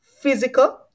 physical